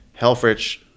Helfrich